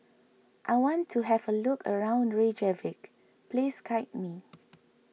I want to have a look around Reykjavik please guide me